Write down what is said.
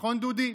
נכון, דודי?